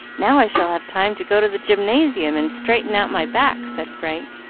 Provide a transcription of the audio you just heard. now i shall have time to go to the gymnasium and straighten out my back, said frank,